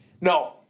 No